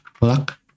luck